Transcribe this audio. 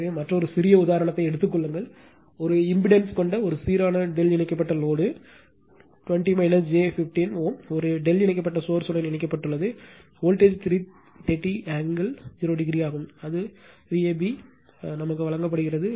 எனவே மற்றொரு சிறிய உதாரணத்தை எடுத்துக் கொள்ளுங்கள் ஒரு இம்பிடன்ஸ் கொண்ட ஒரு சீரான ∆ இணைக்கப்பட்ட லோடு 20 j 15 Ω ஒரு ∆ இணைக்கப்பட்ட சோர்ஸ் த்துடன் இணைக்கப்பட்டுள்ளது வோல்டேஜ் 330 ஆங்கிள் 0o ஆகும் அது Vab வழங்கப்படுகிறது